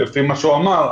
לפי מה שהוא אמר,